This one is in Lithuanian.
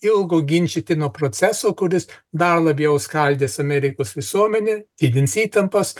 ilgo ginčytino proceso kuris dar labiau skaldys amerikos visuomenę didins įtampas